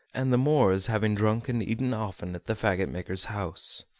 and the more as having drunk and eaten often at the fagot-maker's house.